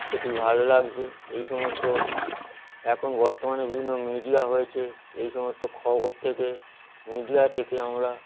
সেটি ভাল লাগছে এই সমস্ত এখন বর্তমানে বিভিন্ন মিডিয়া হয়েছে এই সমস্ত খবর থেকে মিডিয়া থেকে আমরা